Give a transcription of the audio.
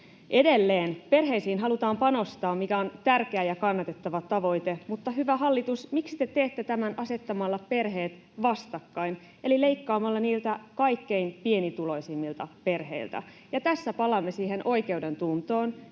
Edelleen: perheisiin halutaan panostaa, mikä on tärkeä ja kannatettava tavoite, mutta, hyvä hallitus, miksi te teette tämän asettamalla perheet vastakkain eli leikkaamalla niiltä kaikkein pienituloisimmilta perheiltä? Tässä palaamme siihen oikeudentuntoon